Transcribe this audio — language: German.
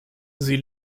sie